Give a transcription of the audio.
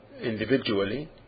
individually